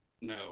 No